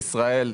בישראל,